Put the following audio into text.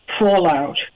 fallout